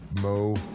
Mo